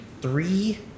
three